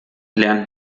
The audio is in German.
lernt